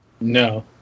No